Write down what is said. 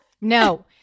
No